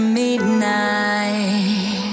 midnight